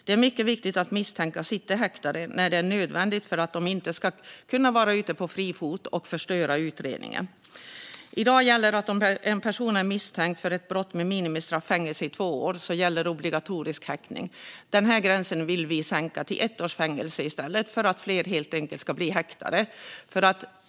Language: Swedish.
Det är mycket viktigt att misstänkta sitter häktade när det är nödvändigt och inte vara ute på fri fot och förstöra utredningen. I dag gäller att om en person är misstänkt för ett brott med minimistraffet fängelse i två år gäller obligatorisk häktning. Den här gränsen vill vi sänka till ett års fängelse, helt enkelt för att fler ska bli häktade.